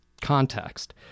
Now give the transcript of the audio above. context